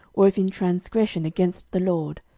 or if in transgression against the lord,